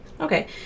Okay